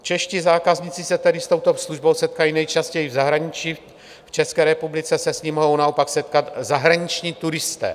Čeští zákazníci se tedy s touto službou setkají nejčastěji v zahraničí, v České republice se s ní mohou naopak setkat zahraniční turisté.